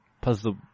puzzle